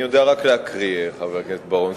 אני יודע רק להקריא, חבר הכנסת בר-און.